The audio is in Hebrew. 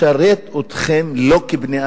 זה לא משרת אתכם, לא כבני-אדם,